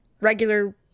regular